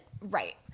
Right